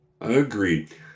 agreed